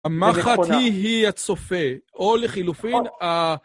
המחט היא הצופה, או לחילופין ה...